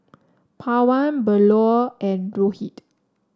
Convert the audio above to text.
Pawan Bellur and Rohit